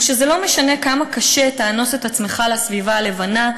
הוא שזה לא משנה כמה קשה תאנוס את עצמך לסביבה הלבנה,